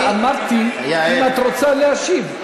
אמרתי, אם את רוצה להשיב.